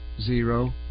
Zero